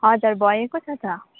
हजुर भएको छ त